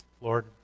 Lord